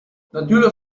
natürlich